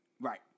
Right